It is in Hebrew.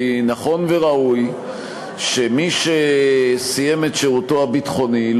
כי נכון וראוי שמי שסיים את שירותו הביטחוני,